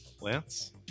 Lance